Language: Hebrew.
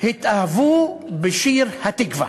התאהבו בשיר "התקווה",